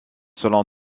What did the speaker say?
selon